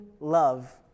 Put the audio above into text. love